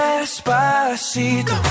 Despacito